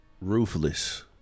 Ruthless